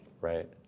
Right